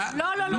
לא.